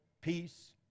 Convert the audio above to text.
peace